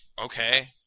okay